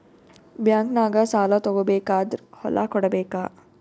ಬ್ಯಾಂಕ್ನಾಗ ಸಾಲ ತಗೋ ಬೇಕಾದ್ರ್ ಹೊಲ ಕೊಡಬೇಕಾ?